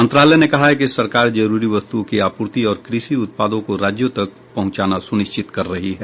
मंत्रालय ने कहा है कि सरकार जरूरी वस्तुओं की आपूर्ति और कृषि उत्पादों को राज्यों तक पहुंचाना सुनिश्चित कर रही है